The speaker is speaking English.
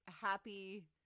happy